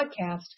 podcast